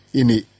ini